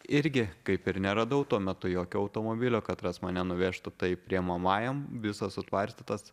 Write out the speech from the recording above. irgi kaip ir neradau tuo metu jokio automobilio katras mane nuvežtų tai priimamajam visas sutvarstytas